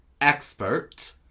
expert